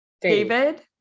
David